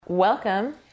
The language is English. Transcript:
Welcome